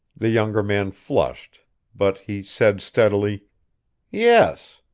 the younger man flushed but he said steadily yes.